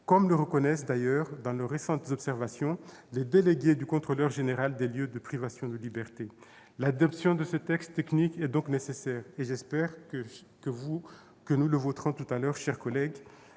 comme le reconnaissent d'ailleurs, dans leurs récentes observations, les délégués du Contrôleur général des lieux de privation de liberté. L'adoption de ce texte technique est donc nécessaire- j'espère que nous le voterons tout à l'heure, mes chers collègues